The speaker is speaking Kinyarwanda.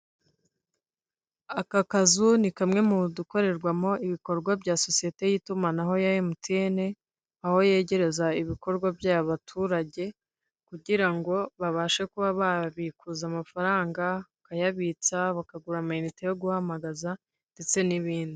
Aka kazu ni kamwe mu dukorerwamo ibikorwa bya sosiyete y'itumanaho ya emutiyene, aho yegereza ibikorwa byayo abaturage, kugira ngo babashe kuba babikuza amafaranga, bakayabitsa, bakagura amayinite yo guhamagaza, ndetse n'ibindi.